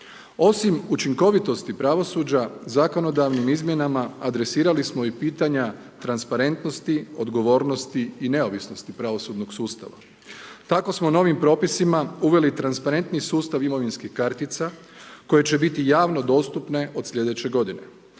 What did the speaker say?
Osim učinkovitosti pravosuđa, zakonodavnim izmjenama adresirali smo i pitanja transparentnosti, odgovornosti i neovisnosti pravosudnog sustava. Tako smo novim propisima uveli transparentni sustav imovinskih kartica koje će biti javno dostupne od sljedeće godine.